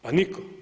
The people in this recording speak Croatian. Pa nitko.